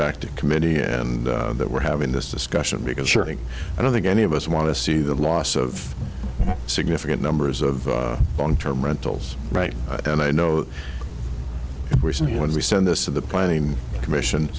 back to committee and that we're having this discussion because i don't think any of us want to see the loss of significant numbers of long term rentals right and i know personally when we send this of the planning commission